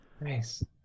Nice